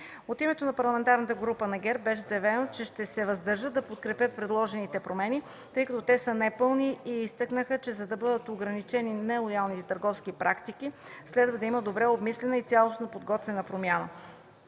От името на Парламентарната група на ГЕРБ беше заявено, че ще се въздържат да подкрепят предложените промени, тъй като те са непълни и изтъкнаха, че за да бъдат ограничени нелоялните търговски практики следва да има добре обмислена и цялостно подготвена промяна.